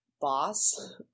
boss